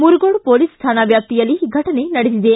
Muragod police ಠಾಣಾ ವ್ಯಾಪ್ತಿಯಲ್ಲಿ ಘಟನೆ ನಡೆದಿದೆ